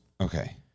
Okay